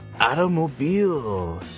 Automobile